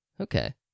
Okay